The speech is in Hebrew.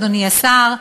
אדוני השר,